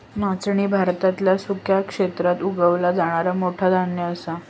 नाचणी भारतातल्या सुक्या क्षेत्रात उगवला जाणारा मोठा धान्य असा